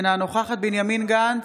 אינה נוכחת בנימין גנץ,